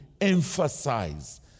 emphasize